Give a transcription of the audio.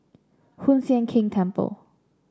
Hoon Sian Keng Temple